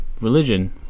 Religion